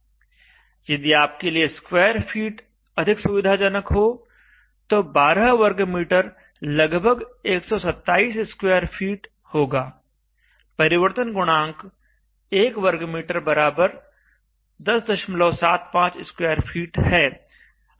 यदि आपके लिए स्क्वेयर फिट अधिक सुविधाजनक हो तो 12 m2 लगभग 127 स्क्वायर फिट होगा परिवर्तन गुणांक 1m21075 स्क्वायर फीट है